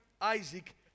Isaac